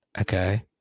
Okay